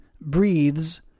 breathes